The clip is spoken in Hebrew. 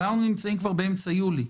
אבל אנחנו נמצאים באמצע יולי.